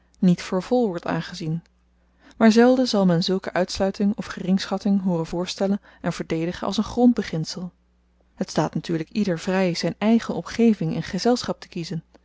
niet voor vol wordt aangezien maar zelden zal men zulke uitsluiting of geringschatting hooren voorstellen en verdedigen als een grondbeginsel het staat natuurlyk ieder vry zyn eigen omgeving en gezelschap te kiezen